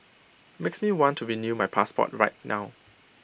makes me want to renew my passport right now